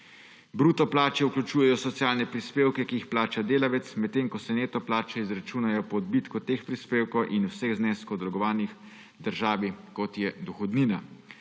Bruto plače vključujejo socialne prispevke, ki jih plača delavec, medtem ko se neto plače izračunajo po odbitki teh prispevkov in vseh zneskov, dolgovanih državi, kot je dohodnina.